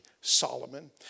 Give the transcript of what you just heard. Solomon